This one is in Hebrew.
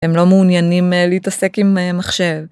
הם לא מעוניינים להתעסק עם מחשב.